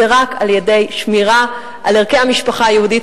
היא רק על-ידי שמירה על ערכי המשפחה היהודית,